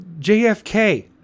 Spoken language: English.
JFK